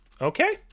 Okay